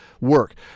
work